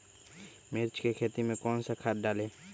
मिर्च की खेती में कौन सा खाद डालें?